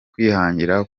kwihangira